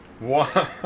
Wow